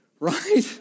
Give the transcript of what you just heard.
Right